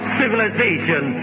civilization